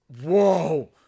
whoa